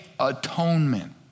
Atonement